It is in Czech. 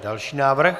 Další návrh.